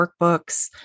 workbooks